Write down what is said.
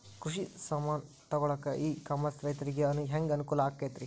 ಕೃಷಿ ಸಾಮಾನ್ ತಗೊಳಕ್ಕ ಇ ಕಾಮರ್ಸ್ ರೈತರಿಗೆ ಹ್ಯಾಂಗ್ ಅನುಕೂಲ ಆಕ್ಕೈತ್ರಿ?